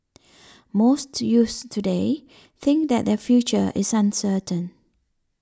most youths today think that their future is uncertain